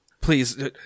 Please